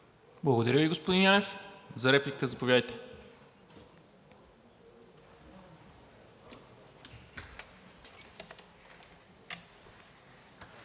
Благодаря Ви, господин Янев. За реплика – заповядайте.